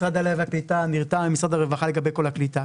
משרד העלייה והקליטה נרתם עם משרד הרווחה לגבי כל הקליטה.